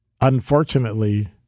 unfortunately